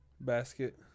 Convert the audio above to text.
basket